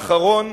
ואחרון,